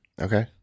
Okay